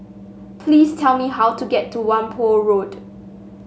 please tell me how to get to Whampoa Road